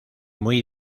muy